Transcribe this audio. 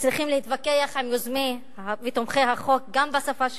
וצריכים להתווכח עם יוזמי ותומכי החוק גם בשפה שלהם.